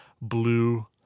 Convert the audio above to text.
blue